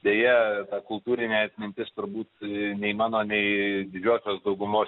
deja kultūrinė atmintis turbūt nei mano nei didžiosios daugumos